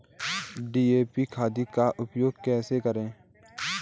DAP खाद का उपयोग कैसे करें?